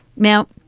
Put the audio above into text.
now,